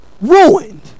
ruined